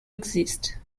exist